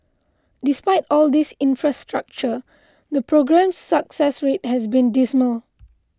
despite all this infrastructure the programme's success rate has been dismal